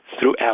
throughout